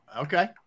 Okay